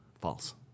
False